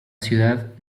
ciudad